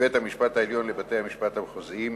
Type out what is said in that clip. מבית-המשפט העליון לבתי-המשפט המחוזיים,